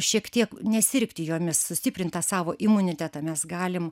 šiek tiek nesirgti jomis sustiprint tą savo imunitetą mes galim